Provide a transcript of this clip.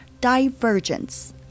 Divergence